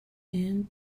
and